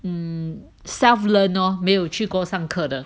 mm self learn lor 没有去过上课的